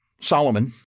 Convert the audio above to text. Solomon